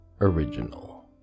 original